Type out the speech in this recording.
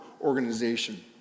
organization